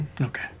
Okay